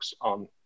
on